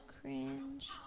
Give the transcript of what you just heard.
cringe